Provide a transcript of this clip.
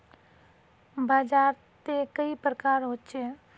बाजार त कई प्रकार होचे?